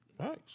Thanks